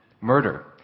Murder